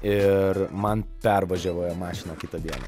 ir man pervažiavo ją mašina kitą dieną